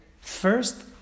First